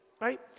Right